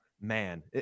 Man